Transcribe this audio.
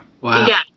Wow